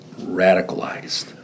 radicalized